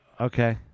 Okay